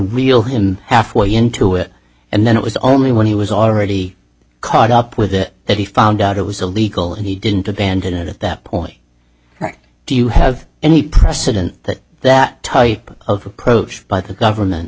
reel him halfway into it and then it was only when he was already caught up with it that he found out it was illegal and he didn't abandon it at that point right do you have any precedent that that type of approach by the government